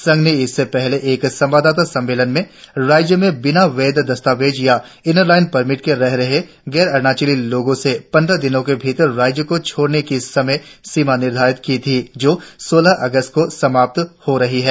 संघ ने इससे पहले एक संवाददाता सम्मेलन में राज्य में बिना वैध दस्तावेज या ईनर लाइन परमिट के रह रहे गैर अरुणाचली लोगो से पंद्र दिनो के भीतर राज्य को छोड़ने की समय सीमा निर्धारित की थी जो सोलह अगस्त को समाप्त हो रही है